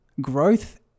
growth